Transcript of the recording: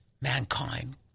mankind